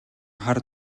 хар